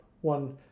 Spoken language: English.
one